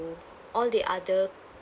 all the other